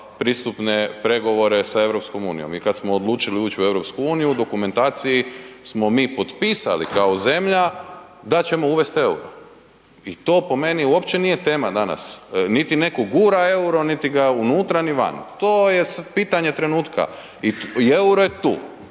pristupne pregovore sa EU i kad smo odlučili uć u EU u dokumentaciji smo mi potpisali kao zemlja da ćemo uvest EUR-o i to po meni uopće nije tema danas, niti neko gura EUR-o, niti ga unutra, ni van, to je sad pitanje trenutka i EUR-o je tu